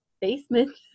basement